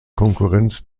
konkurrenz